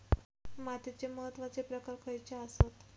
मातीचे महत्वाचे प्रकार खयचे आसत?